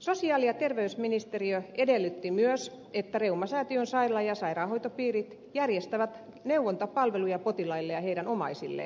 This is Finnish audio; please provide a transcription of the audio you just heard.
sosiaali ja terveysministeriö edellytti myös että reumasäätiön sairaala ja sairaanhoitopiirit järjestävät neuvontapalveluja potilaille ja heidän omaisilleen